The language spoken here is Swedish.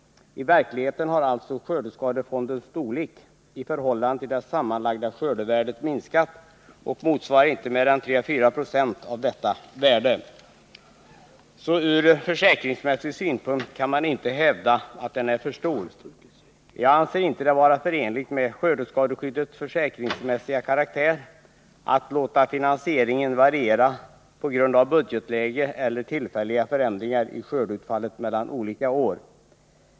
I verkligheten har alltså skördeskadefondens storlek i förhållande till det sammanlagda skördevärdet minskat och motsvarar inte mer än 34 Yo av detta värde. Ur försäkringsmässig synpunkt kan man alltså inte hävda att fonden är för stor. Jag anser det inte vara förenligt med skördeskadeskyddets försäkringsmässiga karaktär att låta finansieringen variera med hänsyn till budgetläge eller tillfälliga förändringar i skördeutfall mellan olika år.